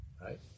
Right